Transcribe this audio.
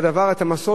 את מסורת התורה,